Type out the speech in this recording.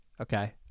Okay